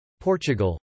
Portugal